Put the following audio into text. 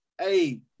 hey